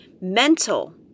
Mental